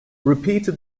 repeated